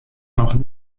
noch